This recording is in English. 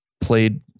played